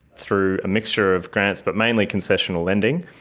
through a mixture of grants but mainly concessional lending,